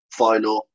final